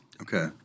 Okay